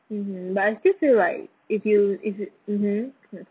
mmhmm but I still feel like if you if you mmhmm